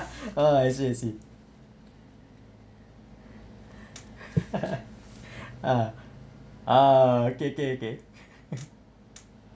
oh I see I see ah ah okay K K